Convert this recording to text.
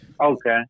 Okay